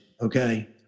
okay